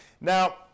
now